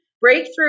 Breakthrough